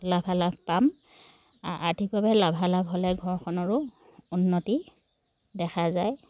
লাভালাভ পাম আৰ্থিকভাৱে লাভালাভ হ'লে ঘৰখনৰো উন্নতি দেখা যায়